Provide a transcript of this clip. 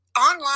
online